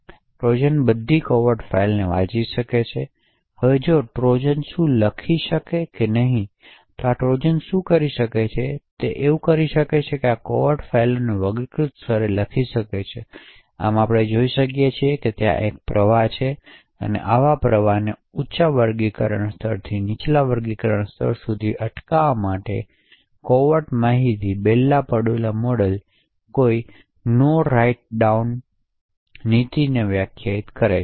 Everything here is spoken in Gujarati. તેથી ટ્રોજન બધી કોવેર્ટ ફાઇલોને વાંચી શકે છે હવે જો ટ્રોજન શું લખી શકે નહીં તો આ ટ્રોજન શું કરી શકે છે તે શું કરી શકે છે તે આ કોવેર્ટ ફાઇલોને વર્ગીકૃત સ્તરે લખી શકે છે આમ આપણે જોઈ શકીએ છીએ કે ત્યાં એક પ્રવાહ છે આવા પ્રવાહને ઉંચા વર્ગીકરણ સ્તરથી નીચલા વર્ગીકરણ સ્તર સુધી અટકાવવા માટે કોવેર્ટ માહિતી બેલ લાપડુલા મોડેલ કોઈ નો રાઇટ ડાઉન નીતિ વ્યાખ્યાયિત કરે છે